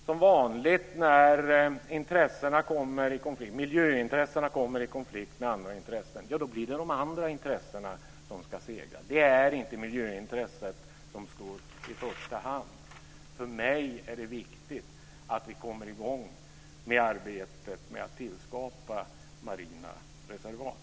Som vanligt när miljöintressena kommer i konflikt med andra intressen blir det de andra intressena som ska segra. Det är inte miljöintresset som går i första hand. För mig är det viktigt att vi kommer i gång med arbetet med att tillskapa marina reservat.